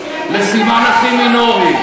לסימן הכי מינורי,